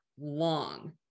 long